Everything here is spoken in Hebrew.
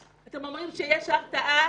אתם אומרים שיש הרתעה?